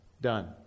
done